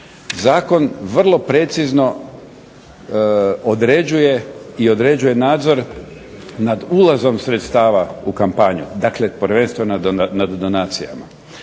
Zakon vrlo precizno određuje i određuje nadzor nad ulazom sredstava u kampanju, dakle prvenstveno nad donacijama.